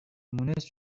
مونس